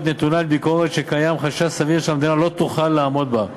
נתונה לביקורת שקיים חשש סביר שהמדינה לא תוכל לעמוד בה.